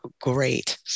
great